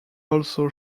also